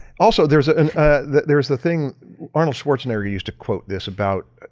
also there's ah the there's the thing arnold schwarzenegger used to quote this about,